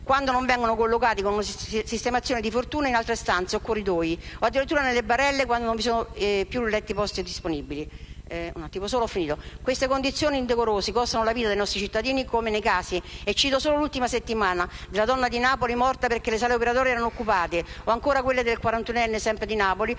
quando non vengono collocati con una sistemazione di fortuna in altre stanze o corridoi, o addirittura nelle barelle quando non vi sono più letti disponibili. Queste condizioni indecorose costano la vita dei nostri cittadini, come nei casi - cito solo l'ultima settimana - della donna di Napoli, morta perché le sale operatorie erano occupate, o ancora quello del quarantunenne, sempre di Napoli,